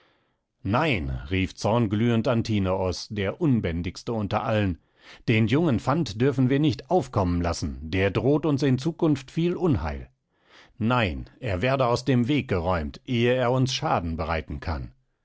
nein rief zornglühend antinoos der unbändigste unter allen den jungen fant dürfen wir nicht aufkommen lassen der droht uns in zukunft viel unheil nein er werde aus dem wege geräumt ehe er uns schaden bereiten kann